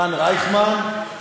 הרן רייכמן.